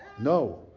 No